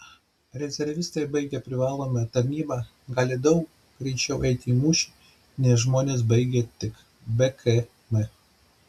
rezervistai baigę privalomąją tarnybą gali daug greičiau eiti į mūšį nei žmonės baigę tik bkm